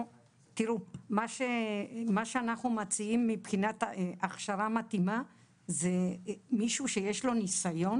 מה שאנחנו מציעים מבחינת הכשרה מתאימה זה מישהו שיש לו ניסיון